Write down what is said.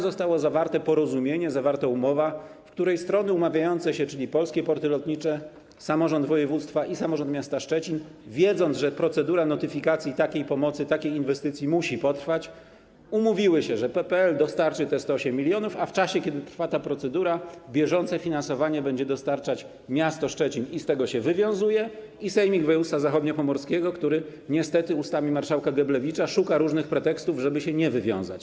Zostało zawarte porozumienie, została zawarta umowa, w której strony umawiające się, czyli polskie „Porty Lotnicze”, samorząd województwa i samorząd miasta w Szczecinie, wiedząc, że procedura notyfikacji w przypadku takiej pomocy, takiej inwestycji musi potrwać, umówiły się, że PPL dostarczy 108 mln, a w czasie, kiedy trwa ta procedura, bieżące finansowanie będzie zapewniać miasto Szczecin, które się z tego wywiązuje, i Sejmik Województwa Zachodniopomorskiego, który niestety ustami marszałka Geblewicza szuka różnych pretekstów, żeby się nie wywiązać.